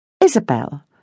Isabel